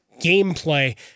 gameplay